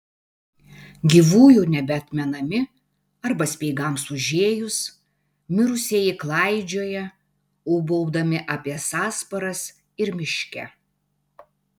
gyvųjų nebeatmenami arba speigams užėjus mirusieji klaidžioja ūbaudami apie sąsparas ir miške